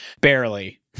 Barely